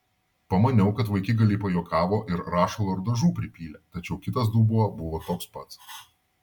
pamaniau kad vaikigaliai pajuokavo ir rašalo ar dažų pripylė tačiau kitas dubuo buvo toks pats